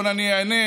אני אענה,